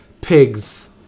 pigs